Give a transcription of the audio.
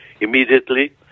immediately